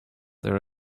there